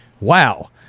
wow